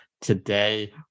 Today